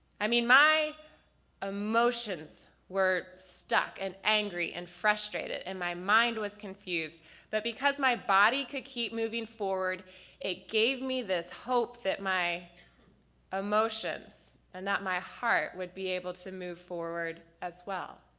i mean my emotions were stuck and angry and frustrated and my mind was confused but because my body could keep moving forward it gave me this hope that my emotions and that my heart would be able to move forward as well.